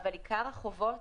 אבל עיקר החובות,